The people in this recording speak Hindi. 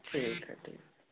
ठीक है